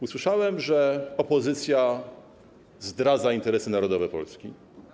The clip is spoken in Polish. Usłyszałem, że opozycja zdradza interesy narodowe Polski.